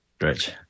Rich